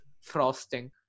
frosting